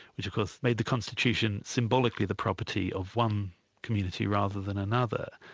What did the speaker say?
which of course made the constitution symbolically the property of one community rather than another.